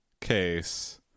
case